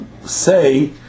say